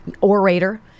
orator